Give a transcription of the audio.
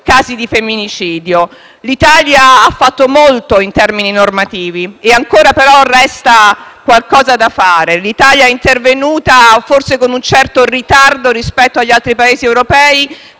casi di femminicidio. L'Italia ha fatto molto in termini normativi, ma ancora resta qualcosa da fare. L'Italia è intervenuta, forse con un certo ritardo rispetto agli altri Paesi europei,